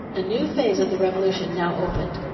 a new phase of the revolution now opened.